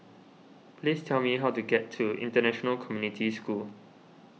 please tell me how to get to International Community School